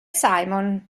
simon